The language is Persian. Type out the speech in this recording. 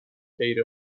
غیر